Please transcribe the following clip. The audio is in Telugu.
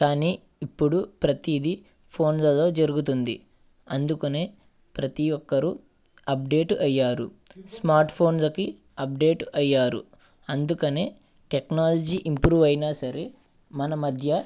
కానీ ఇప్పుడు ప్రతిది ఫోన్లలో జరుగుతుంది అందుకని ప్రతి ఒక్కరు అప్డేటు అయ్యారు స్మార్ట్ఫోన్లకి అప్డేట్ అయ్యారు అందుకనే టెక్నాలజీ ఇంప్రూవ్ అయినా సరే మన మధ్య